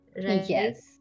Yes